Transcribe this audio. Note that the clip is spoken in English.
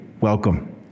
Welcome